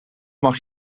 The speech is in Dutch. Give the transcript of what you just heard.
mag